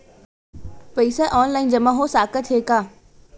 पईसा ऑनलाइन जमा हो साकत हे का?